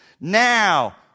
Now